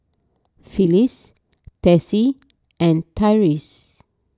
Phyliss Tessie and Tyreese